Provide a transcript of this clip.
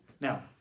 now